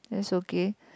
that's okay